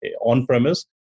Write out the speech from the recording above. on-premise